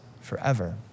forever